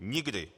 Nikdy.